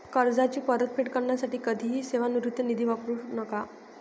कर्जाची परतफेड करण्यासाठी कधीही सेवानिवृत्ती निधी वापरू नका